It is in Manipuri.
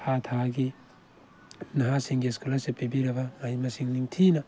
ꯊꯥ ꯊꯥꯒꯤ ꯅꯍꯥꯁꯤꯡꯒꯤ ꯏꯁꯀꯣꯂꯔꯁꯤꯞ ꯄꯤꯕꯤꯔꯕ ꯃꯍꯩ ꯃꯁꯤꯡ ꯅꯤꯡꯊꯤꯅ